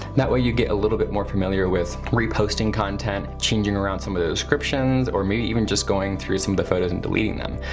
that way, you get a little bit more familiar with reposting content, changing around some of the descriptions or maybe even just going through some of the photos and deleting them.